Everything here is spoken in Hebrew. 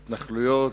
התנחלויות,